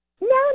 No